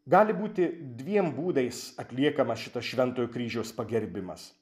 gali būti dviem būdais atliekamas šito šventojo kryžiaus pagerbimas